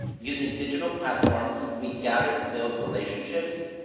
using digital platforms, we gather to build relationships,